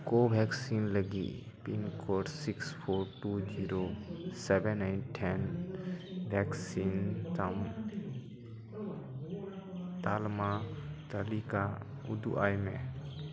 Covaxin ᱞᱟᱹᱜᱤᱫ pin code six four two zero seven eight then vaccine ᱛᱟᱞᱢᱟ ᱛᱟᱞᱤᱠᱟ ᱩᱫᱩᱜ ᱟᱭᱢᱮ